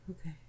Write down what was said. Okay